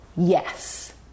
Yes